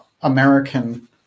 American